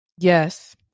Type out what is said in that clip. Yes